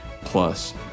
plus